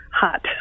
hot